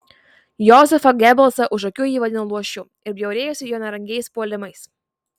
jozefą gebelsą už akių ji vadino luošiu ir bjaurėjosi jo nerangiais puolimais